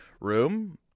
room